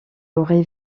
aurait